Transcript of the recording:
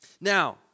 Now